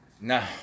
Now